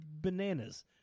bananas